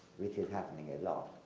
which is happening a lot.